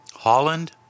Holland